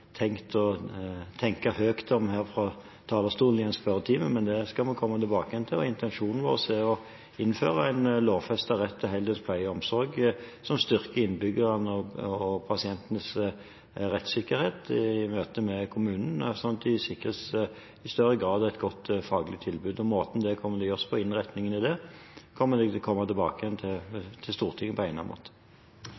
tenkt å tenke høyt her fra talerstolen i en spørretime – det skal vi komme tilbake til. Intensjonen vår er å innføre en lovfestet rett til heldøgns pleie og omsorg som styrker innbyggernes og pasientenes rettssikkerhet i møte med kommunen, sånn at de i større grad sikres et godt faglig tilbud. Måten det kommer til å gjøres på, innretningen på det, kommer jeg til å komme tilbake til Stortinget med på egnet måte.